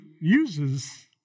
uses